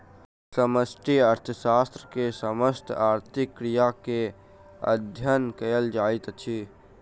समष्टि अर्थशास्त्र मे समस्त आर्थिक क्रिया के अध्ययन कयल जाइत अछि